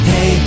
Hey